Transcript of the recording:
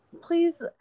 please